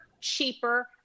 cheaper